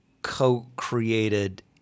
co-created